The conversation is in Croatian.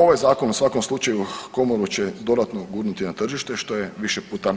Ovaj zakon u svakom slučaju komoru će dodatno gurnuti na tržište što je više puta